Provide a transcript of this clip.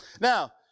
Now